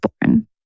born